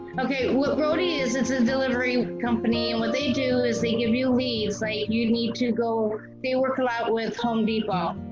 okay, what roadie is, it's a delivery company, and what they do is they give you leads, like, you need to go. they work a lot with home depot.